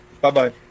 bye-bye